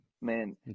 man